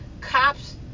cops